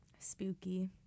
Spooky